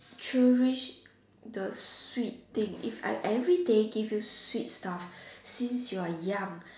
cherish the sweet thing if I everyday give you sweet stuff since you are young